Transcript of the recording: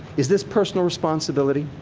is this personal responsibility?